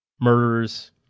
murderers